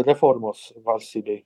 reformos valstybei